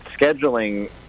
scheduling